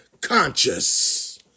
conscious